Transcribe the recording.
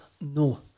no